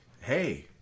hey